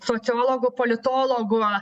sociologų politologų